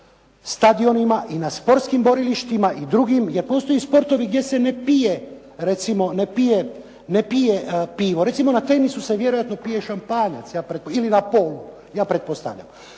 stadionima i na sportskim borilištima i drugim jer postoje sportovi gdje se ne pije, recimo, ne pije pivo. Recimo na tenisu se vjerojatno pije šampanjac ja pretpostavljam